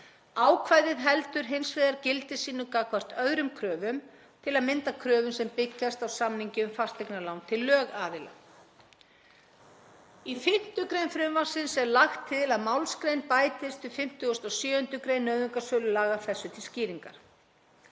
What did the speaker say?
Ákvæðið heldur hins vegar gildi sínu gagnvart öðrum kröfum, til að mynda kröfum sem byggjast á samningi um fasteignalán til lögaðila. Í 5. gr. frumvarpsins er lagt til að málsgrein bætist við 57. gr. nauðungarsölulaga þessu til skýringar.